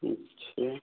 अच्छा